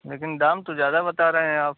लेकिन दाम तो ज़्यादा बता रहे हैं आप